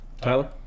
Tyler